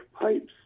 pipes